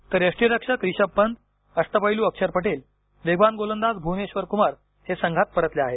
तर यष्टीरक्षक रिषभ पंत अष्टपैलू अक्षर पटेल वेगवान गोलंदाज भुवनेश्वर कुमार हे संघात परतले आहेत